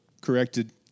corrected